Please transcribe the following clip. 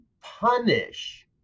punish